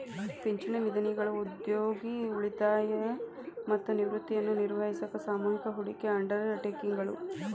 ಪಿಂಚಣಿ ನಿಧಿಗಳು ಉದ್ಯೋಗಿ ಉಳಿತಾಯ ಮತ್ತ ನಿವೃತ್ತಿಯನ್ನ ನಿರ್ವಹಿಸಾಕ ಸಾಮೂಹಿಕ ಹೂಡಿಕೆ ಅಂಡರ್ ಟೇಕಿಂಗ್ ಗಳು